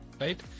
right